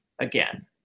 again